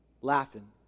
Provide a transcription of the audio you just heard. Laughing